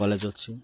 college ଅଛି